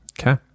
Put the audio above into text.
Okay